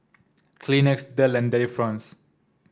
kleenex Dell and Delifrance